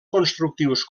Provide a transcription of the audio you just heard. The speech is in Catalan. constructius